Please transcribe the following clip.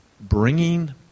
bringing